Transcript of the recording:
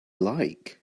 like